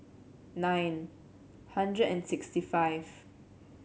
nine hundred and sixty five